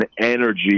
energy